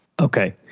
Okay